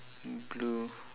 blue